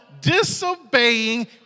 disobeying